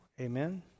Amen